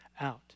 out